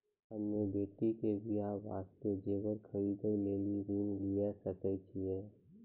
हम्मे बेटी के बियाह वास्ते जेबर खरीदे लेली ऋण लिये सकय छियै?